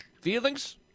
feelings